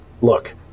look